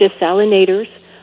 desalinators